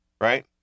right